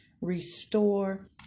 restore